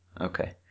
Okay